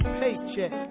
paycheck